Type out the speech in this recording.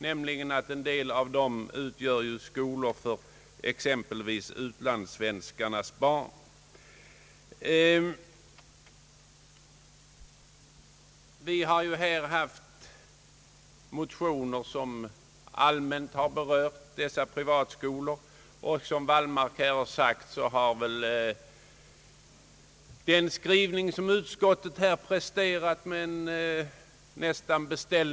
En del av dessa privatskolor utgör nämligen skolor för exempelvis utlandssvenskars barn. Det har förekommit motioner som allmänt berört dessa privatskolor, och som herr Wallmark nämnde innebär utskottets skrivning nästan en beställning av ett konkret förslag från Kungl. Maj:t.